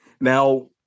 Now